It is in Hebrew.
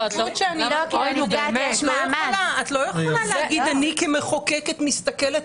את לא יכולה להגיד שאת כמחוקקת מסתכלת